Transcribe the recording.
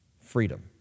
freedom